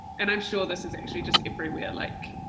and i'm sure this is actually just everywhere, like,